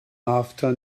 after